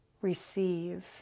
receive